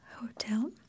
hotel